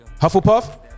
hufflepuff